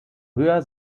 höher